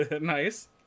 Nice